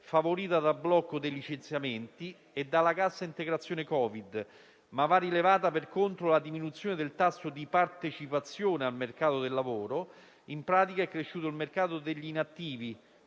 favorita dal blocco dei licenziamenti e dalla cassa integrazione Covid. Per contro, però, va rilevata la diminuzione del tasso di partecipazione al mercato del lavoro; in pratica, il mercato degli inattivi